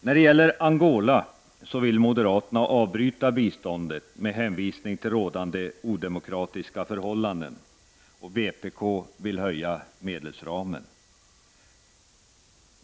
När det gäller Angola vill moderaterna avbryta biståndet med hänvisning till rådande odemokratiska förhållanden, och vpk vill höja medelsramen.